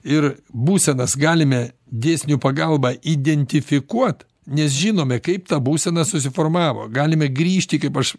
ir būsenas galime dėsnių pagalba identifikuot nes žinome kaip ta būsena susiformavo galime grįžti kaip aš